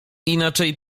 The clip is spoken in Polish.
inaczej